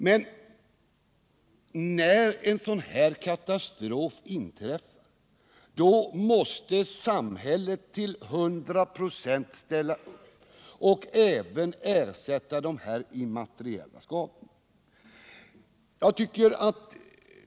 Men när en sådan här katastrof inträffar måste samhället till 100 96 ställa upp och även ersätta de immateriella skadorna.